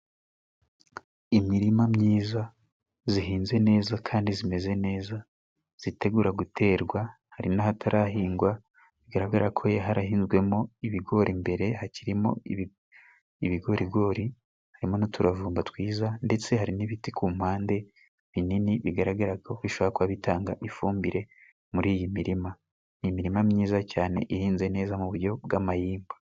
Imirima myiza zihinze neza kandi zimeze neza zitegura guterwa. Hari n'ahatarahingwa bigaragara ko harahinzwemo ibigori imbere hakirimo ibigorigori, hari n'utuvumba twiza ndetse hari n'ibiti ku mpande binini bigaragara ko bishobora kuba bitanga ifumbire muri iyi mirima. Ni imirima myiza cyane ihinze neza mu buryo bw'amayimba.